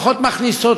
פחות מכניסות,